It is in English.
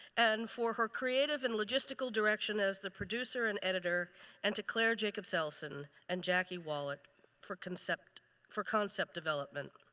and for her creative and logistical direction as the producer and editor and to claire jacobs elson and jackie wallet for concept for concept development.